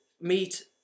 meet